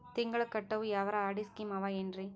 ತಿಂಗಳ ಕಟ್ಟವು ಯಾವರ ಆರ್.ಡಿ ಸ್ಕೀಮ ಆವ ಏನ್ರಿ?